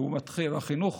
והחינוך